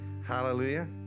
Hallelujah